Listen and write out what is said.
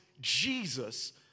Jesus